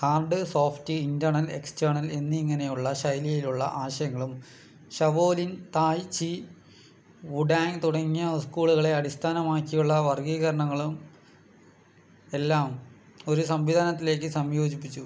hard soft internal external എന്നിങ്ങനെയുള്ള ശൈലിയിലുള്ള ആശയങ്ങളും ഷാവോലിൻ തായ് ചി വുഡാങ് തുടങ്ങിയ സ്കൂളുകളെ അടിസ്ഥാനമാക്കിയുള്ള വർഗ്ഗീകരണങ്ങളും എല്ലാം ഒരു സംവിധാനത്തിലേക്ക് സംയോജിപ്പിച്ചു